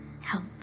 help